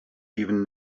even